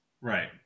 Right